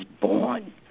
born